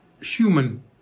human